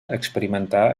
experimentar